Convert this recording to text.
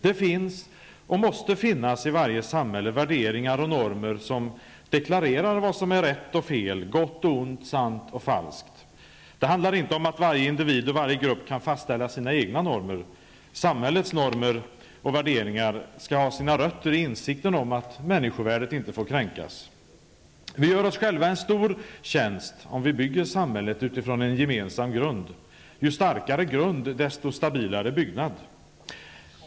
I varje samhälle finns det och måste finnas värderingar och normer som deklarerar vad som är rätt och fel, gott och ont, sant och falskt. Det handlar inte om att varje individ och varje grupp kan fastställa sina egna normer. Samhällets normer och värderingar skall ha sina rötter i insikten om att människovärdet inte får kränkas. Vi gör oss själva en stor tjänst om vi bygger samhället utifrån en gemensam grund. Ju starkare grund, desto stabilare byggnad!